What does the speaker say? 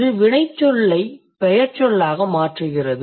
இது வினைச்சொல்லை பெயர்ச்சொல்லாக மாற்றுகிறது